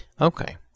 Okay